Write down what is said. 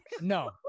No